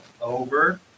Over